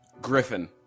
Griffin